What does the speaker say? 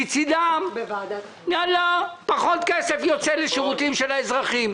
מבחינתם שכמה שפחות כסף ייצא לשירותים של האזרחים.